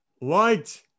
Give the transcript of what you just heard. Light